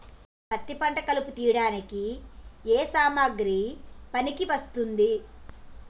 పత్తి పంట కలుపు తీయడానికి ఏ సామాగ్రి పనికి వస్తుంది?